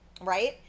right